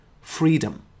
freedom